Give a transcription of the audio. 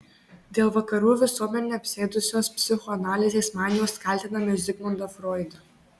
dėl vakarų visuomenę apsėdusios psichoanalizės manijos kaltiname zigmundą froidą